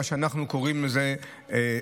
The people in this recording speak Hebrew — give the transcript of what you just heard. מה שאנחנו קוראים לו טסט.